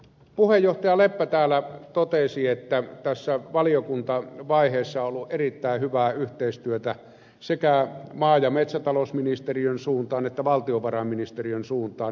puheenjohtaja leppä täällä totesi että tässä valiokuntavaiheessa on ollut erittäin hyvää yhteistyötä sekä maa ja metsätalousministeriön suuntaan että valtiovarainministeriön suuntaan